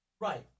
Right